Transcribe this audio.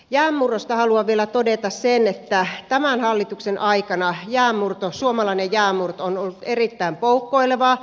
jäänmurrosta haluan vielä todeta sen että tämän hallituksen aikana suomalainen jäänmurto on ollut erittäin poukkoilevaa